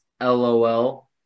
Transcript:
LOL